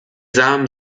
samen